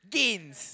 gains